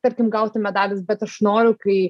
tarkim gauti medalius bet aš noriu kai